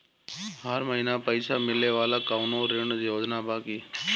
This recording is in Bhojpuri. हर महीना पइसा मिले वाला कवनो ऋण योजना बा की?